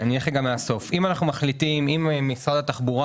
אלך לסוף, אם משרד התחבורה